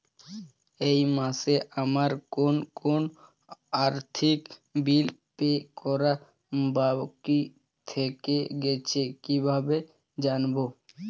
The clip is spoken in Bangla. এই মাসে আমার কোন কোন আর্থিক বিল পে করা বাকী থেকে গেছে কীভাবে জানব?